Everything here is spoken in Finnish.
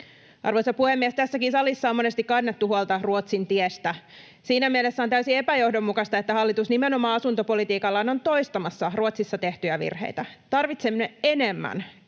Arvoisa puhemies! Tässäkin salissa on monesti kannettu huolta Ruotsin tiestä. Siinä mielessä on täysin epäjohdonmukaista, että hallitus nimenomaan asuntopolitiikallaan on toistamassa Ruotsissa tehtyjä virheitä. Tarvitsemme enemmän,